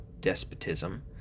despotism